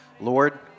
Lord